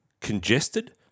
congested